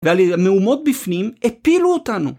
והמהומות בפנים הפילו אותנו.